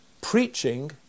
preaching